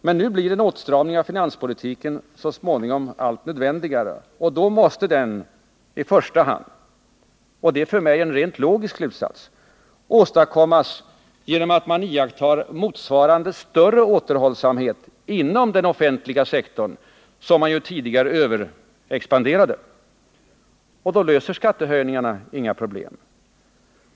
Men nu blir en åtstramning av finanspolitiken så småningom allt nödvändigare, och då måste den i första hand — det är för mig en rent logisk slutsats — åstadkommas genom att man iakttar motsvarande större återhållsamhet inom den offentliga sektorn, som man tidigare överexpanderade. Då löser skattehöjningarna inga problem.